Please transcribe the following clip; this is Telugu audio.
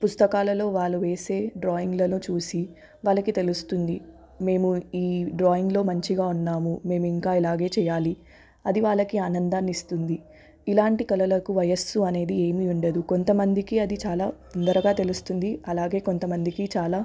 పుస్తకాలలో వాళ్ళు వేసే డ్రాయింగ్లలో చూసి వాళ్ళకి తెలుస్తుంది మేము ఈ డ్రాయింగ్లో మంచిగా ఉన్నాము మేము ఇంకా ఇలాగే చేయాలి అది వాళ్ళకి ఆనందాన్ని ఇస్తుంది ఇలాంటి కలలకు వయస్సు అనేది ఏమీ ఉండదు కొంత మందికి అది చాలా తొందరగా తెలుస్తుంది అలాగే కొంతమందికి చాలా